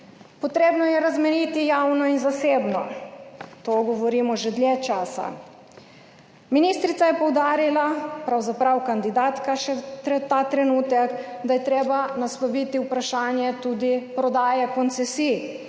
Potrebno je razmejiti javno in zasebno. To govorimo že dlje časa. Ministrica je poudarila, pravzaprav kandidatka še ta trenutek, da je treba nasloviti vprašanje tudi prodaje koncesij